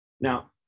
Now